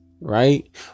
Right